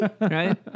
Right